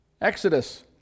Exodus